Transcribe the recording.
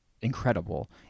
incredible